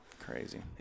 Crazy